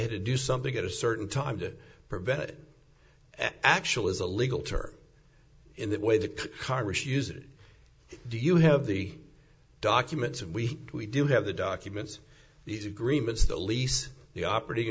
day to do something at a certain time to prevent it actually is a legal term in that way that could congress use it do you have the documents we we do have the documents these agreements the lease the operating